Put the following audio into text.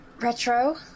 Retro